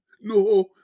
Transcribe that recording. No